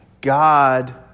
God